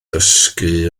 dysgu